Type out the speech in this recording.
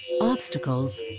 obstacles